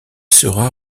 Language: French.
sera